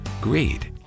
Greed